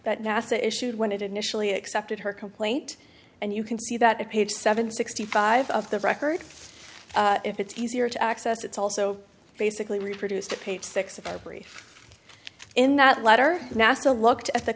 that nasa issued when it initially accepted her complaint and you can see that a page seven sixty five of the record if it's easier to access it's also basically reproduced a page six of our brief in that letter nasa looked at the